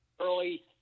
early